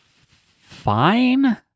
fine